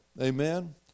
Amen